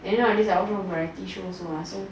and then nowadays I also watch variety shows also ah so